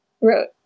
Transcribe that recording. wrote